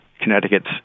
Connecticut